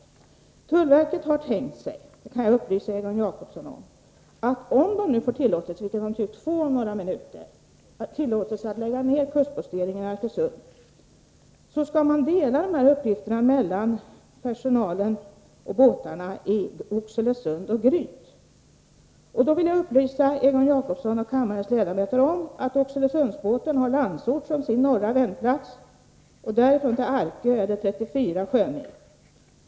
Jag kan upplysa Egon Jacobsson om att tullverket har tänkt sig att om verket nu får tillåtelse — vilket det tycks få om några minuter — att lägga ned kustposteringen i Arkösund så skall man dela dessa uppgifter mellan personalen och båtarna i Oxelösund och Gryt. Då vill jag upplysa kammarens ledamöter om att Oxelösundsbåten har Landsort som sin norra vändplats — och därifrån till Arkö är det 34 sjömil.